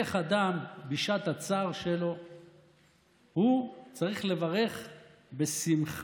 איך אדם בשעת הצער שלו צריך לברך בשמחה